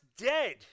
dead